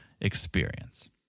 experience